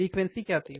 frequency क्या थी